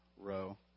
row